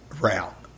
route